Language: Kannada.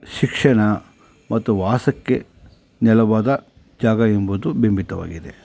ಶಿಕ್ಷಣ ಮತ್ತು ವಾಸಕ್ಕೆ ನೆಲವಾದ ಜಾಗ ಎಂಬುದು ಬಿಂಬಿತವಾಗಿದೆ